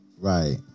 right